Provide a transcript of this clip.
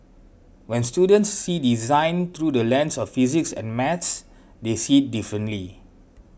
when students see design through the lens of physics and maths they see differently